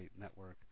network